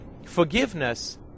Forgiveness